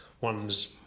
one's